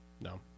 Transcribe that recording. No